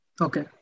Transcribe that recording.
Okay